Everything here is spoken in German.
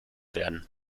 werden